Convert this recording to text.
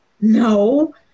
No